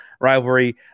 rivalry